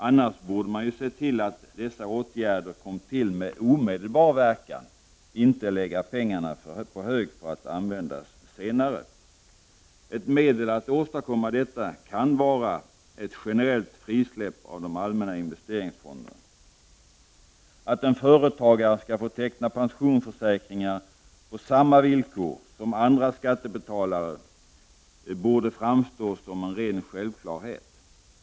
Annars borde man ju se till att sådana åtgärder sattes in med omedelbar verkan, och inte lägga pengarna på hög för användning senare. Ett sätt att åstadkomma detta kan vara att genomföra ett generellt frisläppande av de allmänna investeringsfonderna. Att en företagare skall få teckna pensionsförsäkringar på samma villkor som andra skattebetalare borde vara en rén självklarhet.